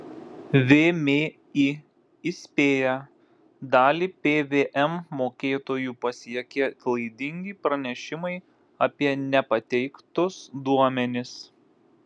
vmi įspėja dalį pvm mokėtojų pasiekė klaidingi pranešimai apie nepateiktus duomenis